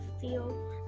feel